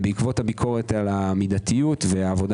בעקבות הביקורת על המידתיות ועבודה